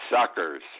suckers